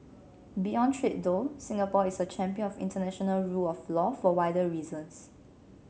beyond trade though Singapore is a champion of international rule of law for wider reasons